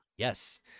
Yes